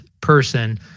person